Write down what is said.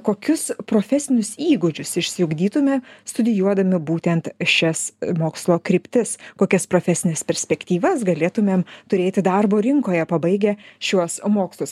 kokius profesinius įgūdžius išsiugdytume studijuodami būtent šias mokslo kryptis kokias profesines perspektyvas galėtumėm turėti darbo rinkoje pabaigę šiuos mokslus